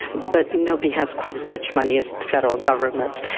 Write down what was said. but nobody has quite as much money as federal governments.